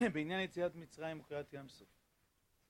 הנה בעניין יציאת מצרים וקריעת ים סוף